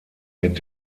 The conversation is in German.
mit